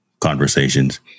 conversations